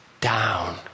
down